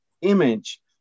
image